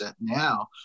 now